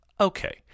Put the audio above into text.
okay